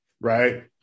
right